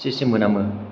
एसे एसे मोनामो